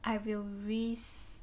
I will risk